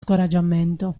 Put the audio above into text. scoraggiamento